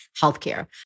healthcare